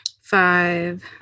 five